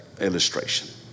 illustration